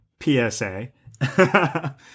PSA